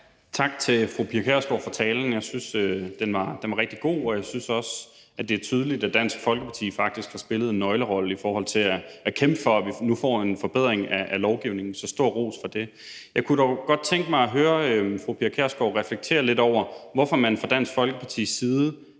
Tak til fru Pia Kjærsgaard for talen. Jeg synes, den var rigtig god, og jeg synes også, at det er tydeligt, at Dansk Folkeparti faktisk har spillet en nøglerolle i forhold til at kæmpe for, at vi nu får en forbedring af lovgivningen, så stor ros for det. Jeg kunne dog godt tænke mig at høre fru Pia Kjærsgaard reflektere lidt over, hvorfor man fra Dansk Folkepartis side